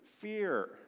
fear